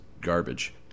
garbage